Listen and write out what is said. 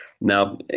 now